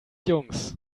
jungs